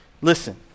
Listen